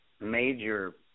major